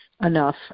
enough